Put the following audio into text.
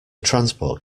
transport